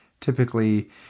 typically